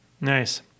Nice